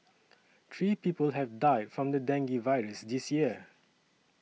three people have died from the dengue virus this year